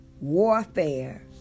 warfare